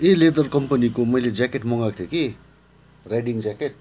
यही लेदर कम्पनीको मैले ज्याकेट मगाएको थिएँ कि राइडिङ ज्याकेट